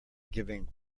giving